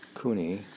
Kuni